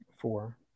four